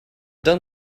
done